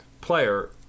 player